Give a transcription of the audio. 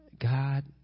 God